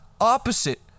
opposite